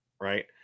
right